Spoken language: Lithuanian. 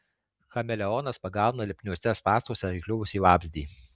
chameleonas pagauna lipniuose spąstuose įkliuvusį vabzdį